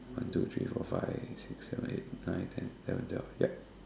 one two three four five six seven eight nine ten eleven twelve ya